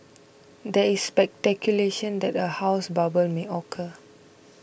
there is speculation that a housing bubble may occur